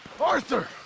Arthur